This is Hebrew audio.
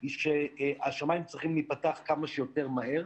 היא שהשמיים צריכים להיפתח כמה שיותר מהר,